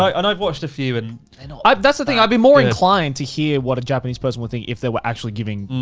um and i've watched a few. and you know that's the thing, i'd be more inclined to hear what a japanese person would think if they were actually giving,